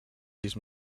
sis